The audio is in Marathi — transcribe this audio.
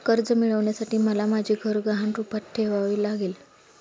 कर्ज मिळवण्यासाठी मला माझे घर गहाण रूपात ठेवावे लागले